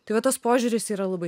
tai va tas požiūris yra labai